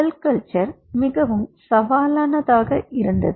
செல் culture மிகவும் சவாலானதாக இருந்தது